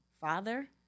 father